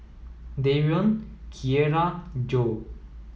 Darion Kierra and Joe